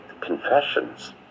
confessions